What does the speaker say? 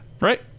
right